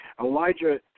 Elijah